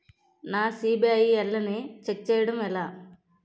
నా సిబిఐఎల్ ని ఛెక్ చేయడం ఎలా?